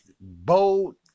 bold